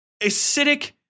acidic